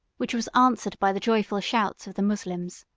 which was answered by the joyful shouts of the moslems.